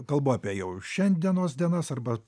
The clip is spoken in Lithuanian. kalbu apie jau šiandienos dienas arba